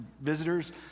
visitors